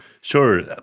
Sure